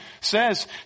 says